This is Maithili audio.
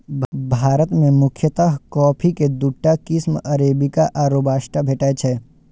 भारत मे मुख्यतः कॉफी के दूटा किस्म अरेबिका आ रोबास्टा भेटै छै